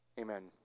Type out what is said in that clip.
Amen